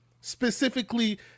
specifically